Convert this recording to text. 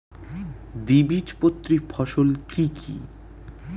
দ্বিবীজপত্রী ফসল কি কি?